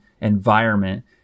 environment